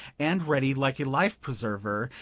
and ready, like a life-preserver,